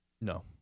No